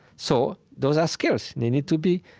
so those are skills. they need to be,